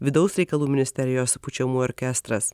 vidaus reikalų ministerijos pučiamųjų orkestras